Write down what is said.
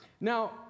Now